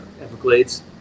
Everglades